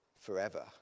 forever